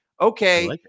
Okay